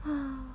ha